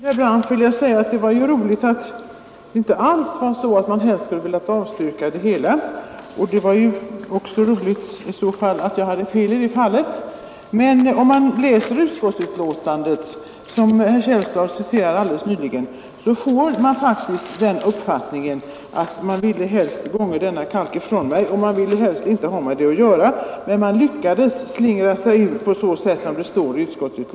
Herr talman! Först skulle jag till herr Brandt vilja säga att det var roligt att det inte alls var så att man helst skulle ha velat avstyrka det hela, och det var ju även roligt att jag hade fel i det fallet. Men om man läser utskottsbetänkandet, som herr Källstad citerade nyss, får man faktiskt den uppfattningen att utskottet helst inte ville ha med detta att göra utan önskade säga: Gånge denna kalk ifrån mig. Men det verkar som om utskottet lyckades slingra sig ur på det sätt som står i betänkandet.